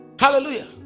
Hallelujah